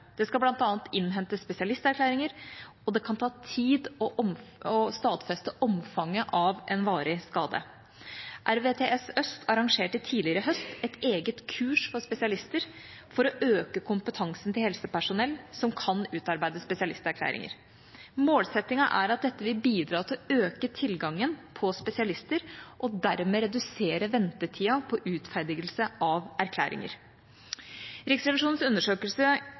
Det skal bl.a. innhentes spesialisterklæringer, og det kan ta tid å stadfeste omfanget av en varig skade. RVTS Øst arrangerte tidligere i høst et eget kurs for spesialister for å øke kompetansen til helsepersonell som kan utarbeide spesialisterklæringer. Målsettingen er at dette vil bidra til å øke tilgangen på spesialister og dermed redusere ventetida på utferdigelse av erklæringer. Riksrevisjonens undersøkelse